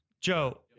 Joe